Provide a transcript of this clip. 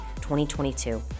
2022